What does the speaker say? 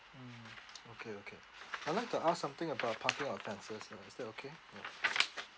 mm okay okay I would like to ask something about parking offences ah is that okay mm